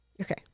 Okay